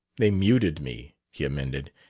they muted me, he amended,